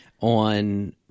on